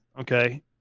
Okay